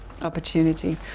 opportunity